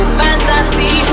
fantasy